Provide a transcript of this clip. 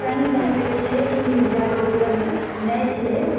कहीँ कहीँ पर छै कि मीडियाके उपलब्ध नहि छै